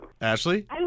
Ashley